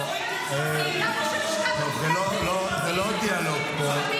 אז הייתי צריך ------ של לשכת עורכי הדין --- זה לא דיאלוג פה.